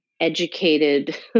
Educated